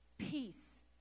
Peace